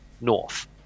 north